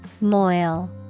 moil